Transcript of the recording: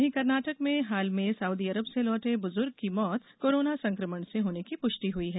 वहीं कर्नाटक में हाल में सउदी अरब से लौटे बुजुर्ग की मौत कोरोना संकमण से होने की पुष्टि हुई है